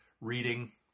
reading